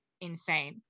insane